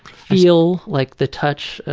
feel, like the touch,